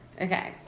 Okay